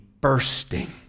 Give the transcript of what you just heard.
bursting